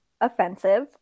offensive